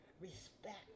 respect